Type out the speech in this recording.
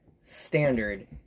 standard